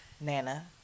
Nana